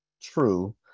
true